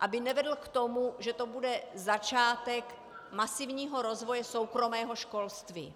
aby nevedl k tomu, že to bude začátek masivního rozvoje soukromého školství.